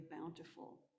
bountiful